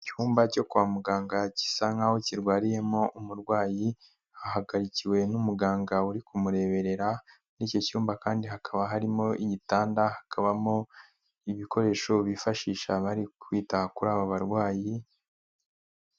Icyumba cyo kwa muganga gisa nk'aho kirwariyemo umurwayi ahagarikiwe n'umuganga uri kumureberera, muri icyo cyumba kandi hakaba harimo igitanda, hakabamo ibikoresho bifashisha bari kwita kuri aba barwayi.